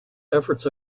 efforts